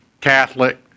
Catholic